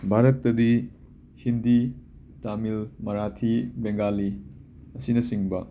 ꯚꯥꯔꯠꯇꯗꯤ ꯍꯤꯟꯗꯤ ꯇꯥꯃꯤꯜ ꯃꯔꯥꯊꯤ ꯕꯦꯡꯒꯥꯂꯤ ꯑꯁꯤꯅꯆꯤꯡꯕ